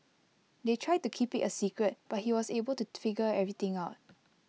they tried to keep IT A secret but he was able to figure everything out